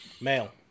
Male